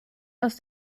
aus